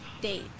date